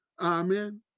Amen